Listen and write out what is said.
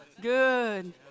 good